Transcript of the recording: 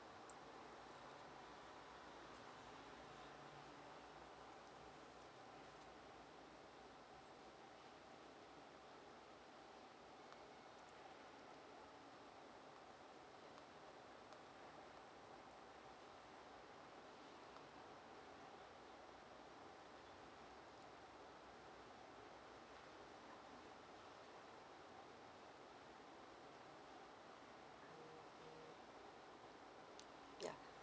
yeah